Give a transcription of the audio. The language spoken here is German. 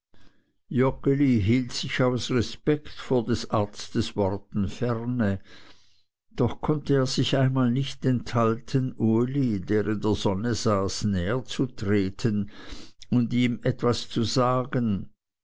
aus respekt vor des arztes worten ferne doch konnte er sich einmal nicht enthalten uli der in der sonne saß näher zu treten und ihm etwas zu sagen